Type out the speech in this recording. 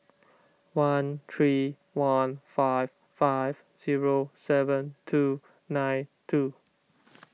one three one five five zero seven two nine two